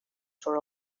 for